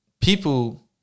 people